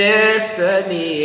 Destiny